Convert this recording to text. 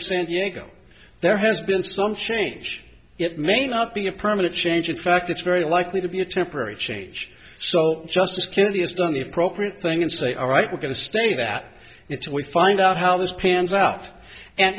of san diego there has been some change it may not be a permanent change in fact it's very likely to be a temporary change so justice kennedy has done the appropriate thing and say all right we're going to stay that until we find out how this pans out and